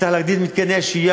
צריך להגדיל את מתקני השהייה,